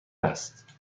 است